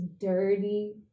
dirty